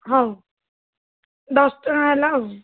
ହଉ ଦଶ ଟଙ୍କା ହେଲା ଆଉ